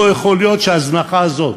לא יכול להיות שההזנחה הזאת